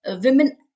women